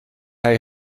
hij